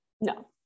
No